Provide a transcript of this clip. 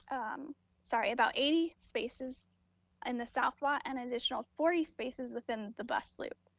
um sorry, about eighty spaces in the south lot and an additional forty spaces within the bus loop.